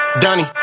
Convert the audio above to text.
Donnie